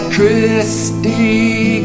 Christie